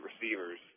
receivers